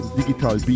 digital